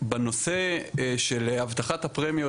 בנושא של הבטחת הפרמיות,